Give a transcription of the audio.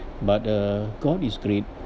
but uh god is great